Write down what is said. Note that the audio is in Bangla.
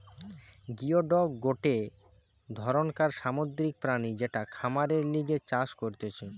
গিওডক গটে ধরণকার সামুদ্রিক প্রাণী যেটা খাবারের লিগে চাষ করতিছে